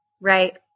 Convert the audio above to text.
Right